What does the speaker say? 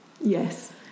Yes